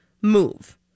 move